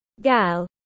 Gal